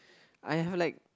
I have like